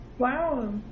Wow